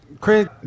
Craig